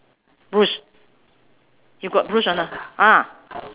bush you got bush or not ah